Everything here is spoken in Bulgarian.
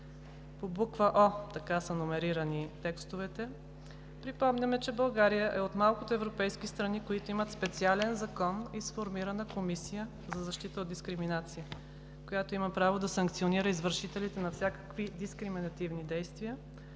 По буква „о“ – така са номерирани текстовете, припомняме, че България е от малкото европейски страни, които имат специален закон и сформирана Комисия за защита от дискриминация, която има право да санкционира извършителите на всякакви дискриминативни действия.